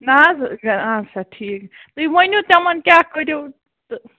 نہَ حظ اَدٕ سا ٹھیٖک تُہۍ ؤنِو تِمَن کیٛاہ کٔرِو تہٕ